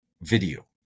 video